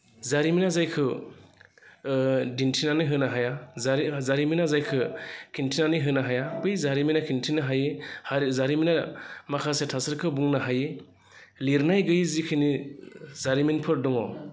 जारिमिना जायखौ दिन्थिनानै होनो हाया जारिमिनआ जायखौ खिन्थिनानै होनो हाया बै जारिमिना खिन्थिनो हायो जारिमिना माखासे थासारिफोरखौ बुंनो हायो लिरनाय गैयि जिखिनि जारिमिनफोर दङ